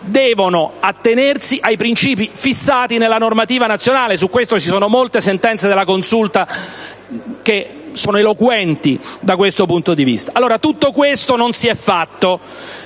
devono attenersi ai principi fissati nella normativa nazionale. Su tale punto ci sono molte sentenze della Consulta che sono eloquenti da questo punto di vista. Tutto questo non si è fatto.